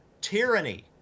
tyranny